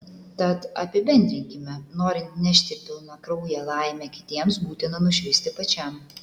tad apibendrinkime norint nešti pilnakrauję laimę kitiems būtina nušvisti pačiam